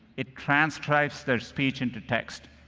it transcribes their speech into text.